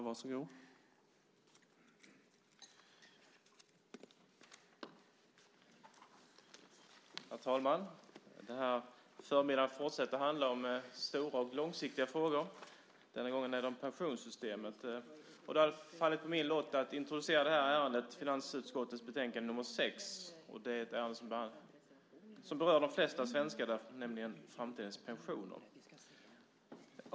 Herr talman! Den här förmiddagen fortsätter att handla om stora och långsiktiga frågor. Nu handlar det om pensionssystemet. Och det har fallit på min lott att introducera detta ärende, finansutskottets betänkande 6. Det handlar om något som berör de flesta svenskar, nämligen framtidens pensioner.